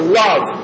love